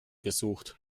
gesucht